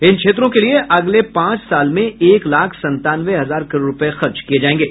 इन क्षेत्रों के लिये अगले पांच साल में एक लाख संतानवे हजार करोड़ रूपये खर्च किये जायेंगे